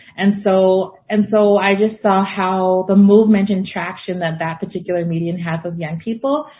and so and so i just saw how the movement and traction that that particular medium has with young people,